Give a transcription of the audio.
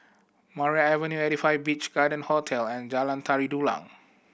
Maria Avenue Eighty Five Beach Garden Hotel and Jalan Tari Dulang